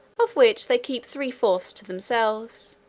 of which they keep three-fourths to themselves,